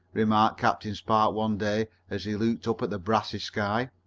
remarked captain spark one day, as he looked up at the brassy sky.